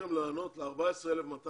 התחלתם לענות ל-14,212,